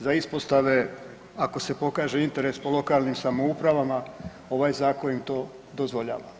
Za ispostave, ako se pokaže interes po lokalnim samoupravama, ovaj zakon im to dozvoljava.